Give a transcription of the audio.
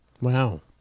Wow